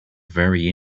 very